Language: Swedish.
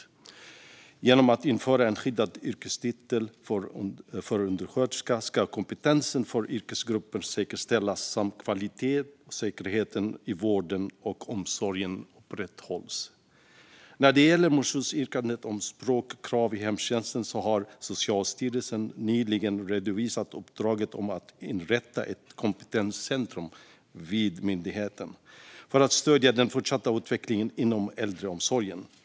Genom att införa en skyddad yrkestitel för undersköterska ska kompetensen för yrkesgruppen säkerställas samt kvaliteten och säkerheten i vården och omsorgen upprätthållas. När det gäller motionsyrkandet om språkkrav i hemtjänsten har Socialstyrelsen nyligen redovisat uppdraget om att inrätta ett kompetenscentrum vid myndigheten för att stödja den fortsatta utvecklingen inom äldreomsorgen.